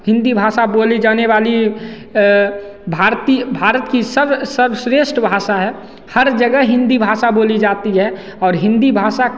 हिंदी भाषा बोली जाने वाली भारतीय भारत की सव सर्वश्रेष्ठ भाषा है हर जगह हिंदी भाषा बोली जाती है और हिंदी भाषा